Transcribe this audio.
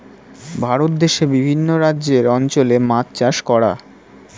ভারত দেশে বিভিন্ন রাজ্যের অঞ্চলে মাছ চাষ করা